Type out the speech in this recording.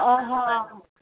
ଅହ